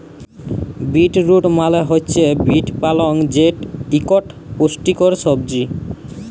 beet root মালে হছে beet পালং যেট ইকট পুষ্টিকর সবজি